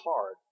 hard